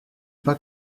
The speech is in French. pas